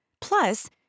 Plus